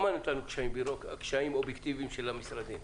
לא מעניינים קשיים אובייקטיבים של המשרדים.